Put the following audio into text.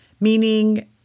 meaning